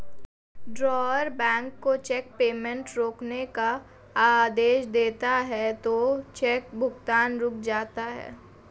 drawer bank को cheque payment रोकने का आदेश देता है तो चेक भुगतान रुक जाता है